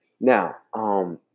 now –